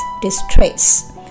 distress